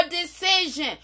decision